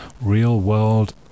real-world